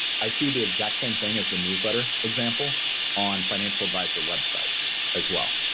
i see the exact same thing as the newsletter example on financial advisor websites as well.